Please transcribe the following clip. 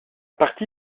parti